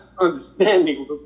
understanding